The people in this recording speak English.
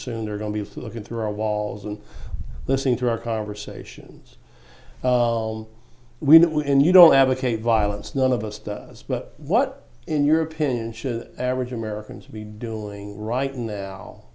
soon they're going to be looking through our walls and listening to our conversations we end you don't advocate violence none of us does but what in your opinion should average americans be doing right now